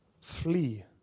Flee